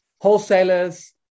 wholesalers